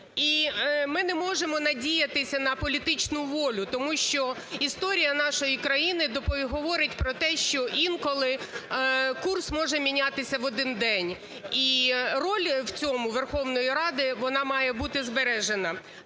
ми не можемо надіятися на політичну волю, тому що історія нашої країни говорить про те, що інколи курс може мінятися в один день і роль в цьому Верховної Ради, вона має бути збережена.